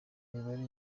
mibare